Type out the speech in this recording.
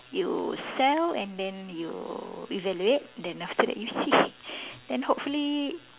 you sell and then you evaluate then after that you see then hopefully